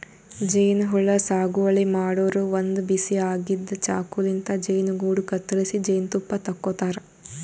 ಜೇನಹುಳ ಸಾಗುವಳಿ ಮಾಡೋರು ಒಂದ್ ಬಿಸಿ ಆಗಿದ್ದ್ ಚಾಕುಲಿಂತ್ ಜೇನುಗೂಡು ಕತ್ತರಿಸಿ ಜೇನ್ತುಪ್ಪ ತಕ್ಕೋತಾರ್